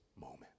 moment